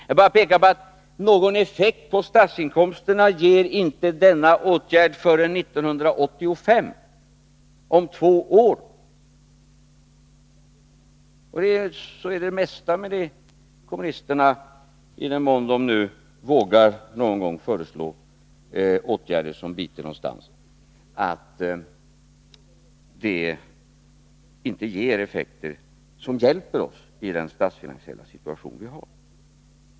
Jag vill bara peka på att någon effekt på statsinkomsterna ger inte denna åtgärd förrän 1985, om två år. Så är det med det mesta som kommunisterna föreslår — i den mån de någon gång vågar föreslå åtgärder som biter någonstans — att det inte ger effekter som hjälper oss i den statsfinansiella situation vi har.